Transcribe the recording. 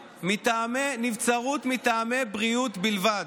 נבצרות מטעמי בריאות בלבד.